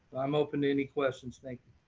i'm open to any questions. thank